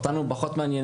זה פחות מעניין.